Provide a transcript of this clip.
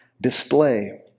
display